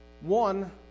One